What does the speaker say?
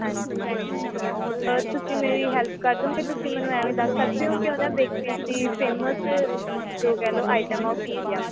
ਹਾਂਜੀ ਔਰ ਤੁਸੀਂ ਮੇਰੀ ਹੈਲਪ ਕਰ ਦੋਂਗੇ ਤੁਸੀਂ ਮੈਨੂੰ ਐਵੇਂ ਦੱਸ ਸਕਦੇ ਹੋ ਕਿ ਉਹਨਾਂ ਬੇਕਰੀਜ਼ ਦੀ ਫੇਮਸ ਜੋ ਕਹਿ ਲਓ ਆਈਟਮ ਆ ਉਹ ਕੀ ਆ